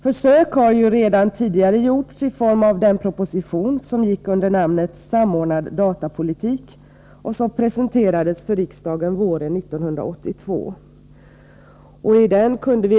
Försök har ju redan tidigare gjorts, i form av den proposition som gick under namnet Samordnad datapolitik och som presenterades för riksdagen våren 1982.